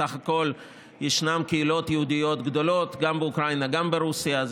בסך הכול ישנן קהילות יהודיות גדולות גם באוקראינה וגם ברוסיה.